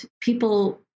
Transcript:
people